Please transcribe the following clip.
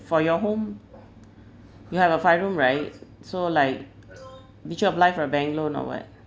for your home you have a five room right so like did you apply for a bank loan or what